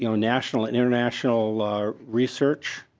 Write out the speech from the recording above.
you know national and international ah research?